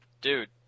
dude